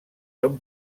són